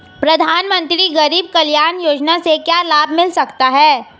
प्रधानमंत्री गरीब कल्याण योजना से क्या लाभ मिल सकता है?